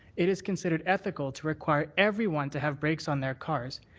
it is considered ethical to require everyone to have brakes on their cars.